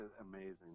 amazing